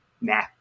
nah